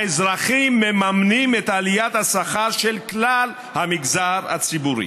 האזרחים מממנים את עליית השכר של כלל המגזר הציבורי.